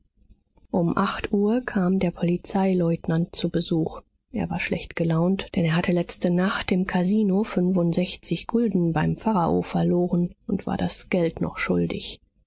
um acht uhr kam der polizeileutnant zu besuch er war schlecht gelaunt denn er hatte letzte nacht im kasino fünfundsechzig gulden beim pharao verloren und war das geld noch schuldig